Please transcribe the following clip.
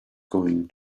going